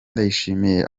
ndayishimiye